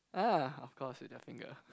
ah of course with their finger